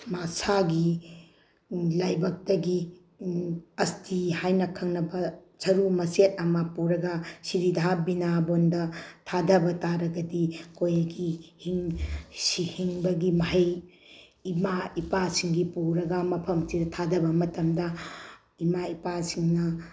ꯃꯁꯥꯒꯤ ꯂꯥꯏꯕꯛꯇꯒꯤ ꯑꯁꯇꯤ ꯍꯥꯏꯅ ꯈꯪꯅꯕ ꯁꯔꯨ ꯃꯆꯦꯠ ꯑꯃ ꯄꯨꯔꯒ ꯁꯤꯔꯤꯗꯥ ꯕ꯭ꯔꯤꯟꯗꯥꯕꯣꯟꯗ ꯊꯥꯗꯕ ꯇꯥꯔꯒꯗꯤ ꯑꯩꯈꯣꯏꯒꯤ ꯍꯤꯡꯕꯒꯤ ꯃꯍꯩ ꯏꯃꯥ ꯏꯄꯥꯁꯤꯡꯒꯤ ꯄꯨꯔꯒ ꯃꯐꯝꯁꯤꯗ ꯊꯥꯗꯕ ꯃꯇꯝꯗ ꯏꯃꯥ ꯏꯄꯥꯁꯤꯡꯅ